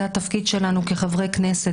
וזה התפקיד שלנו כחברי כנסת,